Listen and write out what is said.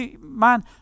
Man